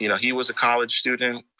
you know he was a college student,